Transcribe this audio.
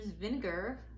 vinegar